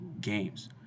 games